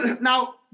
now